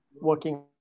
working